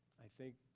i think,